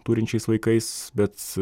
turinčiais vaikais bet